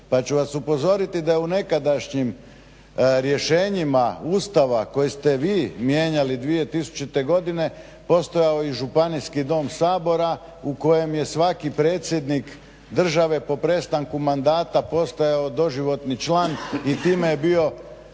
Pa ću vas upozoriti da u nekadašnjim rješenjima Ustava koje ste vi mijenjali 2000. Godine postojao i županijski dom Sabora u kojem je svaki predsjednik države po prestanku mandata postajao doživotni član i time je bio